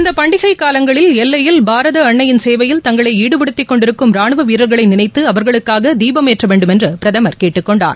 இந்தப் பண்டிகை காலங்களில் எல்லையில் பாரத அன்ளையின் சேவையில் தங்களை ஈடுபடுத்தி கொண்டிருக்கும் ரானுவ வீரர்களை நினைத்து அவர்களுக்காக தீபம் ஏற்ற வேண்டும் என்று பிரதமர் கேட்டுக்கொண்டார்